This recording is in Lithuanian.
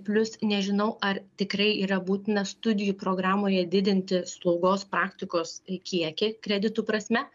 plius nežinau ar tikrai yra būtina studijų programoje didinti slaugos praktikos kiekį kreditų prasme